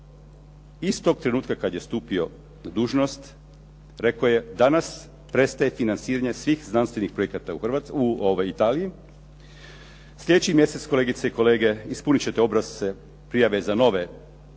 Istog trenutka kad je stupio na dužnost rekao je danas prestaje financiranje svih znanstvenih projekata u Italiji. Slijedeći mjesec kolegice i kolege ispunit ćete obrasce, prijave za nove znanstvene